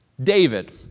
David